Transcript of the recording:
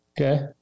Okay